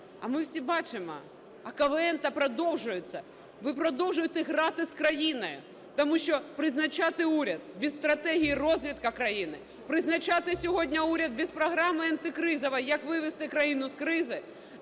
а ми всі бачимо, а КВН то продовжується. Ви продовжуєте грати з країною, тому що призначати уряд без стратегії розвитку країни, призначати сьогодні уряд без програми антикризової, як вивести країну з кризи,